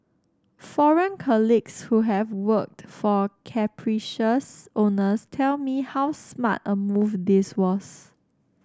foreign colleagues who have worked for capricious owners tell me how smart a move this was